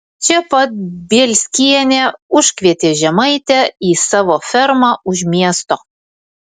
čia pat bielskienė užkvietė žemaitę į savo fermą už miesto